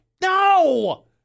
No